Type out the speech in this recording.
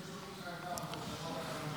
התשפ"ד 2024, נתקבל.